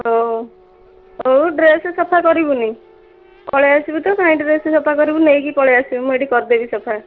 ହଁ ହଉ ହଉ ଡ୍ରେସ୍ ସଫା କରିବୁନି ପଳେଇଆସିବୁ ତ କାହିଁ ଡ୍ରେସ୍ ସଫା କରିବୁ ନେଇକି ପଳେଇଆସିବୁ ମୁଁ ଏଇଠି କରିଦେବି ସଫା